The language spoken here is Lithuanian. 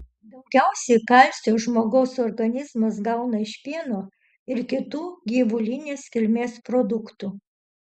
daugiausiai kalcio žmogaus organizmas gauna iš pieno ir kitų gyvulinės kilmės produktų